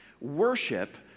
Worship